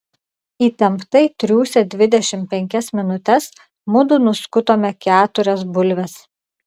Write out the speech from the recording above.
įtemptai triūsę dvidešimt penkias minutes mudu nuskutome keturias bulves